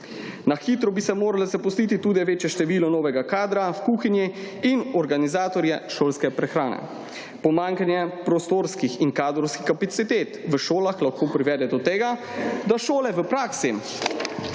Na hitro bi se moralo zaposliti tudi večje število novega kadra v kuhinji in organizatorje šolske prehrane. Pomanjkanje prostorskih in kadrovskih kapacitet v šolah lahko privede do tega, da šole v praksi